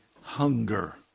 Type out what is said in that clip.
hunger